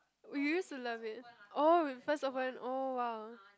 we use to love it oh first open oh !wow!